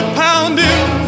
pounding